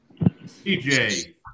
CJ